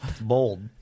Bold